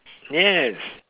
yes